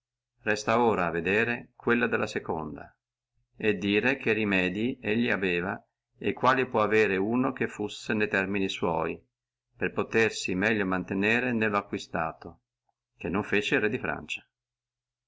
resta ora a dire quelle della seconda e vedere che remedii lui ci aveva e quali ci può avere uno che fussi ne termini sua per potersi mantenere meglio nello acquisto che non fece